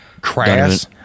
Crass